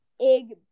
Ig